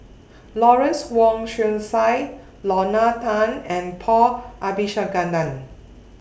Lawrence Wong Shyun Tsai Lorna Tan and Paul Abisheganaden